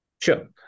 Sure